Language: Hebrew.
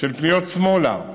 של פניות שמאלה